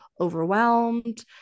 overwhelmed